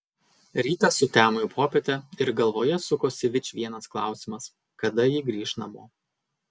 rytas sutemo į popietę ir galvoje sukosi vičvienas klausimas kada ji grįš namo